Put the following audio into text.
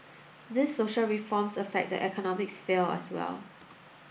these social reforms affect the economic sphere as well